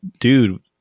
dude